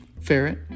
Ferret